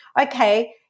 Okay